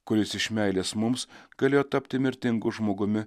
kuris iš meilės mums galėjo tapti mirtingu žmogumi